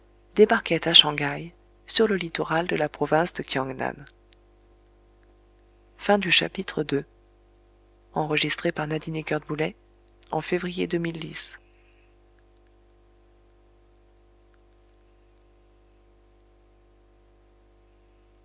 débarquaient à shang haï sur le littoral de la province de kiang nan